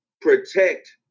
protect